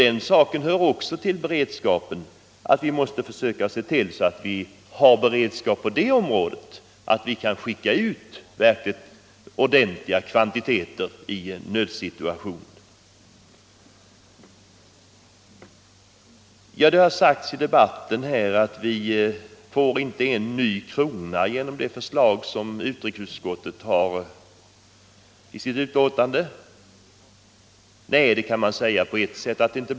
Det hör därför också till beredskapen att vi måste försöka se till att vi har resurser för att skicka ut ordentliga kvantiteter i en nödsituation. Det har sagts i debatten att vi får inte en ny krona genom utrikesutskottets förslag. Nej, det kan man säga på ett sätt.